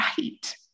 right